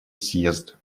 съезд